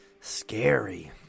Scary